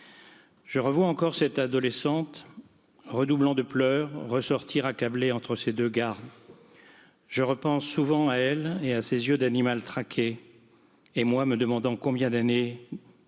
je revois encore cette adolescente. redoublant de pleurs, ressortir accablée entre ces deux gardes Je repense souvent à elle et à ces yeux d'animal traqué et moi me demandant combien d'années